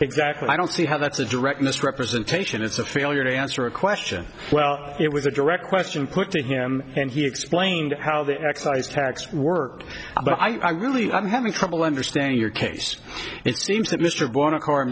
exactly i don't see how that's a direct misrepresentation it's a failure to answer a question well it was a direct question put to him and he explained how the excise tax work but i really don't have trouble understanding your case it seems that mr bought a car